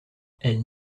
elle